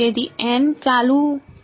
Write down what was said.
તેથી ચાલુ રહે છે